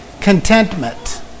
contentment